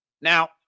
Now